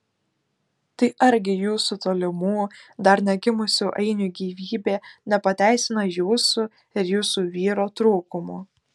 tai argi jūsų tolimų dar negimusių ainių gyvybė nepateisina jūsų ir jūsų vyro trūkumų